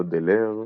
בודלר ומלארמה.